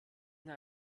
nach